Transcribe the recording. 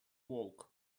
walk